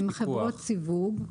הן חברות סיווג.